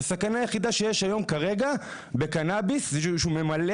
הסכנה היחידה שיש היום בקנביס היא שהוא ממלא